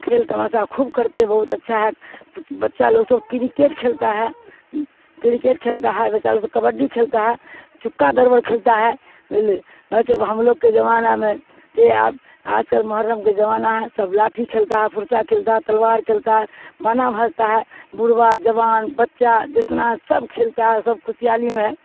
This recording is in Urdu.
کھیل تماشا خوب کرتے بہت اچھا ہے بچہ لوگ سب کرکٹ کھیلتا ہے کرکٹ کھیلتا ہے بچہ لوگ سب کبڈی کھیلتا ہے چکا دربر کھیلتا ہے ویلے بھائی سب ہم لوگ کے زمانہ میں تے آ آج کل محرم کے زمانہ ہے سب لاٹھی کھیلتا ہے فرسہ کھیلتا ہے تلوار کھیلتا ہے بانا بھاجتا ہے بوڑھا جوان بچہ جتنا سب کھیلتا ہے سب خوشحالی میں ہے